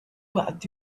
but